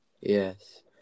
Yes